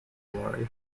glory